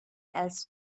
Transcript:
else